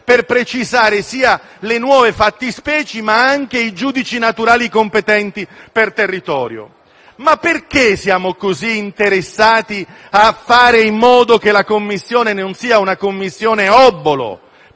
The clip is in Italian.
per precisare le nuove fattispecie ma anche i giudici naturali competenti per territorio. Ma perché siamo così interessati a fare in modo che la Commissione non sia una Commissione obolo